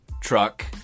truck